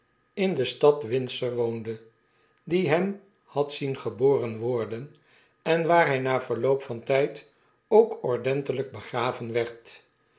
in de stad windsor woonde die hem had zien geboren worden en waar hy na verloop van tijd ook ordentelp begraven werd